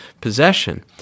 possession